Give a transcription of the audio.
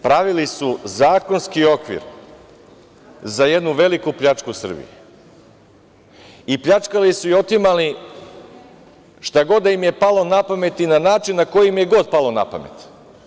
Pravili su zakonski okvir za jednu veliku pljačku u Srbiji i pljačkali su i otimali šta god da im je palo na pamet i na način na koji im je god palo na pamet.